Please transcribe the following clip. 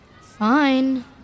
Fine